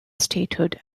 statehood